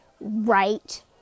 right